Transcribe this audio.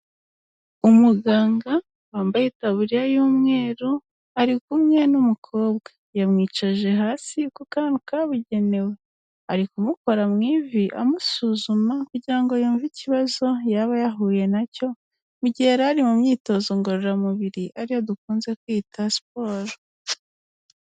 Umuganga wambaye itaburiya y'umweru, ari kumwe n'umukobwa. Yamwicaje hasi, ku kantu kabugenewe. Ari kumukora mu ivi, amusuzuma kugira ngo yumve ikibazo yaba yahuye na cyo, mu gihe yari ari mu myitozo ngororamubiri, ari yo dukunze kwita siporo.